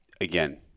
Again